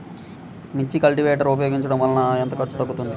మిర్చి కల్టీవేటర్ ఉపయోగించటం వలన ఎంత ఖర్చు తగ్గుతుంది?